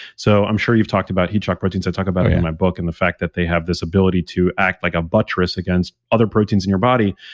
so i'm sure you've talked about heat shock proteins. i talk about it in my book and the fact that they have this ability to act like a buttress against other proteins in your body,